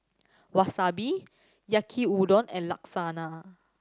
Wasabi Yaki Udon and Lasagna